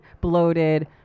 bloated